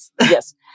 Yes